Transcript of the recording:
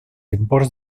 imports